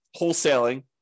wholesaling